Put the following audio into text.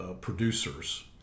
producers